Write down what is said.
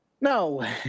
no